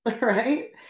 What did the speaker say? right